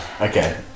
Okay